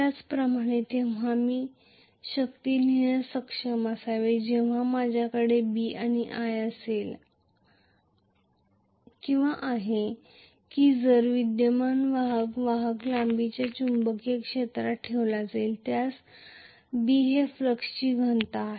त्याचप्रमाणे तेव्हा मी शक्ती लिहिण्यास सक्षम असावे जेव्हा माझ्याकडे B आणि i असे आहे की जर विद्यमान वाहक वाहक लांबीच्या चुंबकीय क्षेत्रात ठेवला जाईल ज्यास B हे फ्लक्सची घनता आहे